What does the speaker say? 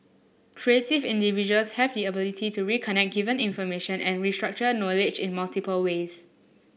creative individuals have the ability to reconnect given information and restructure knowledge in multiple ways